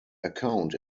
account